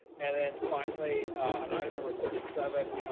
and then finally, an item number thirty seven,